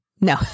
No